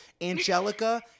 Angelica